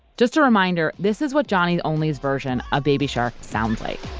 just a reminder, this is what johnny only's version of baby shark sounds like